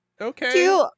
Okay